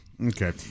Okay